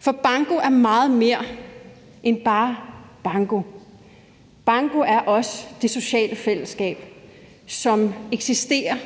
For banko er meget mere end bare banko, banko er også det sociale fællesskab, som eksisterer